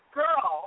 girl